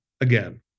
again